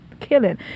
Killing